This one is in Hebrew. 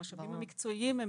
המשאבים המקצועיים,